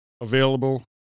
Available